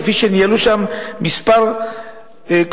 כפי שניהלו שם כמה קבוצות,